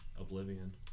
Oblivion